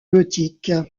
gothique